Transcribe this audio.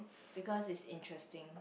because it's interesting